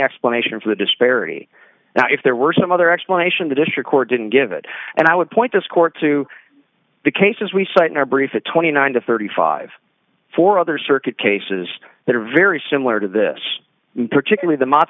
explanation for the disparity now if there were some other explanation the district court didn't give it and i would point this court to the cases we cite in our brief a twenty nine to thirty five for other circuit cases that are very similar to this particular the mo